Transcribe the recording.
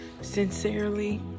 Sincerely